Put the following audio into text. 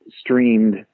streamed